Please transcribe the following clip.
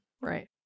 Right